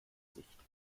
sicht